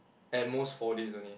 at most four days only